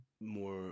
more